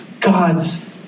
God's